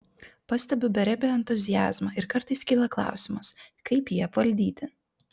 pastebiu beribį entuziazmą ir kartais kyla klausimas kaip jį apvaldyti